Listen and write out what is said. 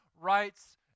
rights